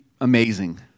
amazing